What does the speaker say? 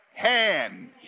hand